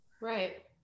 right